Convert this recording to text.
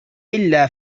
إلا